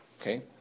Okay